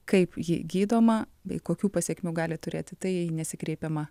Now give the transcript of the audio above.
kaip ji gydoma bei kokių pasekmių gali turėti tai nesikreipiama